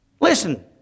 Listen